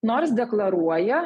nors deklaruoja